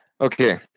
okay